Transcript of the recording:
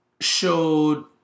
showed